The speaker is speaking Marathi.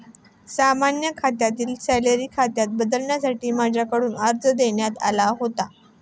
सामान्य खात्याला सॅलरी खात्यात बदलण्यासाठी माझ्याकडून अर्ज देण्यात आला होता